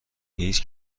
هیچ